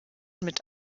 mit